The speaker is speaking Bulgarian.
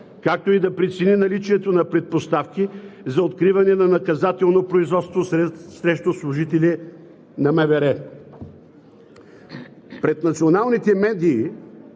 както и да прецени наличието на предпоставки за откриване на наказателно производство срещу служители на МВР. Пред националните медии